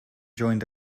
joined